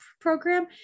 program